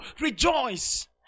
rejoice